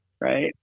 right